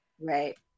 Right